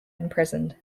imprisoned